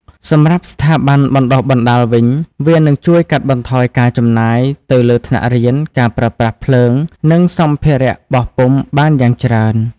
សម្រាប់ស្ថាប័នបណ្តុះបណ្តាលវិញ វានឹងជួយ កាត់បន្ថយការចំណាយ ទៅលើថ្នាក់រៀន ការប្រើប្រាស់ភ្លើង និងសម្ភារបោះពុម្ពបានយ៉ាងច្រើន។